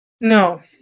No